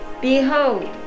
Behold